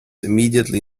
immediately